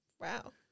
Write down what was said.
Wow